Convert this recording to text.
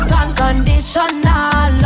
unconditional